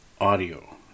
audio